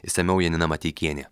išsamiau janina mateikienė